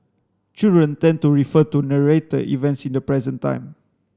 children tend to refer to narrated events in the present time